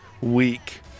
week